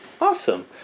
awesome